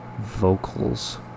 vocals